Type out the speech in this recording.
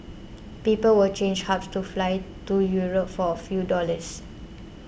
people will change hubs to fly to Europe for a few dollars